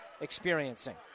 experiencing